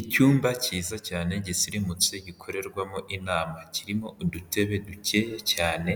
Icyumba cyiza cyane gisirimutse gikorerwamo inama, kirimo udutebe duke cyane